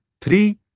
three